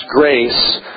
grace